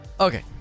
Okay